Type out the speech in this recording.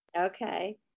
Okay